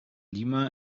lima